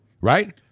Right